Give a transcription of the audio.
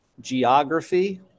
geography